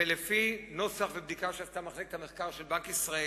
ולפי נוסח ובדיקה שעשתה מחלקת המחקר של בנק ישראל